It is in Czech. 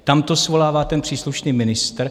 Tam to svolává ten příslušný ministr.